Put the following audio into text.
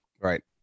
right